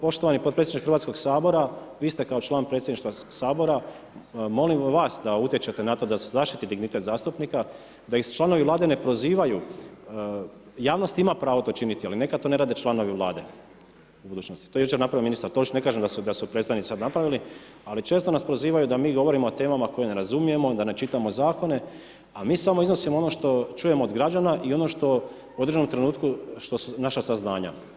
Poštovani potpredsjedniče Hrvatskog sabora vi ste kao član predsjedništva sabora, molim vas da utječete na to da se zaštiti dignitet zastupnika, da ih članovi vlade ne prozivaju, javnost ima pravo to činiti, ali neka to ne rade članovi vlade u budućnosti, to je jučer napravio ministar Tolušić, ne kažem da su predstavnici sad napravili, ali često nas prozivaju da mi govorimo o temama koje ne razumijemo, da ne čitamo zakone, a mi samo iznosimo ono što čujemo od građana i ono što u određenom trenutku su naša saznanja.